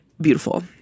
beautiful